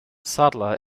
sadler